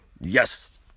Yes